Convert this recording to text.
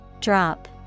Drop